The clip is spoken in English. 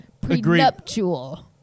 Prenuptial